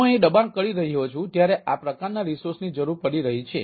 હું અહીં દબાણ કરી રહ્યો છું ત્યારે આ પ્રકારના રિસોર્સની જરૂર પડી રહી છે